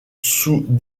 sous